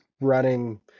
running